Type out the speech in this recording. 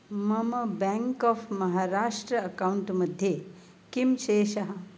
मम bank of Maharashtra account मध्ये किं शेषः